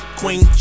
queen